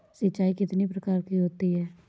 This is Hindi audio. सिंचाई कितनी प्रकार की होती हैं?